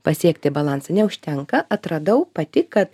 pasiekti balansą neužtenka atradau pati kad